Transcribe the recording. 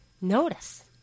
notice